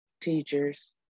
teachers